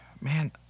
Man